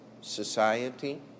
society